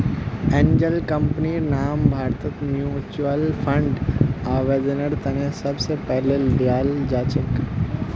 angel कम्पनीर नाम भारतत म्युच्युअल फंडर आवेदनेर त न सबस पहले ल्याल जा छेक